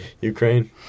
Ukraine